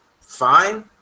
fine